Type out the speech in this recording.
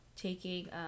taking